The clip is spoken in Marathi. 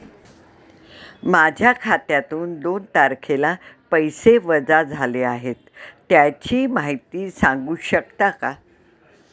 माझ्या खात्यातून दोन तारखेला पैसे वजा झाले आहेत त्याची माहिती सांगू शकता का?